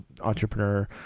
entrepreneur